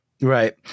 right